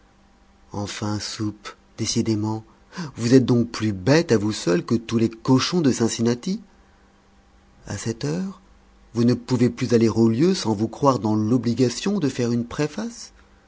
enfin soupe décidément vous êtes donc plus bête à vous seul que tous les cochons de cincinnati à cette heure vous ne pouvez plus aller aux lieux sans vous croire dans l'obligation de faire une préface